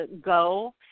go